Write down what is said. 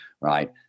right